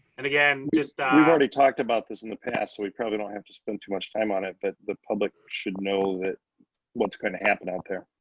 and again, just we already talked about this in the past. we probably don't have to spend too much time on it, but the public should know that what's gonna happen out there.